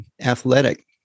athletic